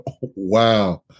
Wow